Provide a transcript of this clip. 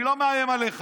אני לא מאיים עליך,